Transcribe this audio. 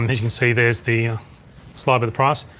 and you can see there's the slide with the price.